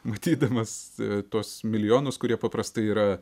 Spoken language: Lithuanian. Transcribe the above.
matydamas tuos milijonus kurie paprastai yra